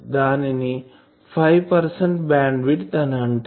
దీనిని 5పెర్సెంట్ bandwidth అని అంటారు